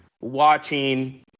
watching